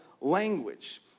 language